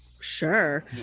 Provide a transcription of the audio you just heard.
Sure